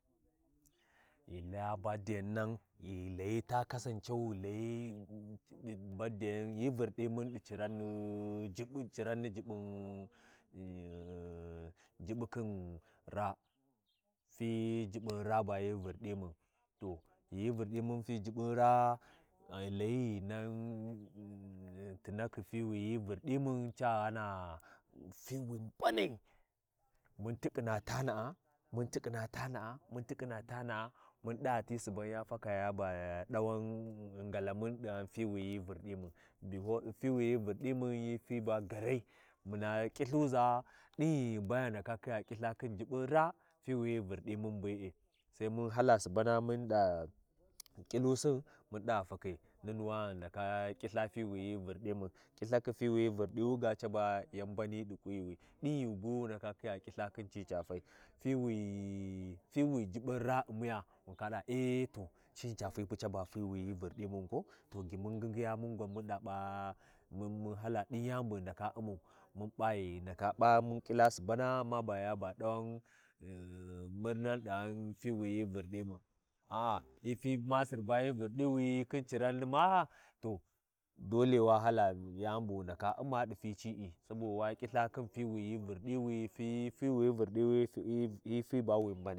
Ghani ya baa- a ghani ya ba- a- a ɗi kukusi ba ɗi ngara, wangwan dole wa bugu jarhyina wa ta’yemu tarem hyin ndakhi, tare, hyina ndaka ɗi kukusai hyina U’mma ti civuna hyina U’mma ti cuvuna har hyina punau, hyin pin, hyina ɗa Umma gma din yani bu hyin layi hyina Ummau Lthin gwan Yani bu ya Ummau, wangwan yawi bu wu ndala Umma be’e, yani bu ya kwa U’mma wangwan wu naka Umma.